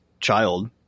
child